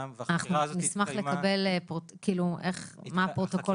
אנחנו נשמח לקבל מהפרוטוקול של זה.